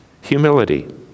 Humility